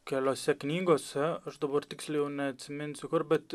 keliose knygose aš dabar tiksliai jau neatsiminsiu bet